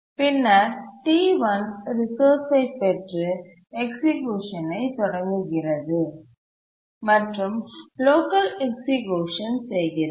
பின்னர் T1 ரிசோர்ஸ்ஐ பெற்று எக்சிக்யூஷன்ஐ தொடங்குகிறது மற்றும் லோக்கல் எக்சிக்யூஷன் செய்கிறது